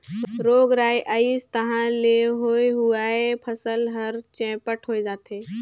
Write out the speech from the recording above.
रोग राई अइस तहां ले होए हुवाए फसल हर चैपट होए जाथे